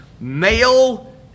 male